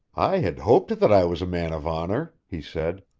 i had hoped that i was a man of honor, he said.